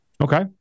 Okay